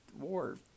war